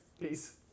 Peace